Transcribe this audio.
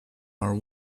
are